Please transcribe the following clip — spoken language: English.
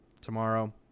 tomorrow